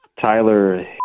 Tyler